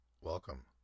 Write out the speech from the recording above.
welcome